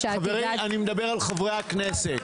<< יור >> פנינה תמנו (יו"ר הוועדה לקידום מעמד האישה ולשוויון מגדרי):